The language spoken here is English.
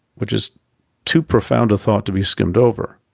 which is too profound a thought to be skimmed over.